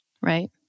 Right